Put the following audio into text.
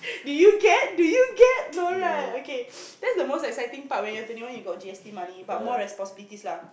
do you get do you get no right okay that's the most exciting part when you're twenty one you got G_S_T money but more responsibilities lah